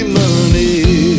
money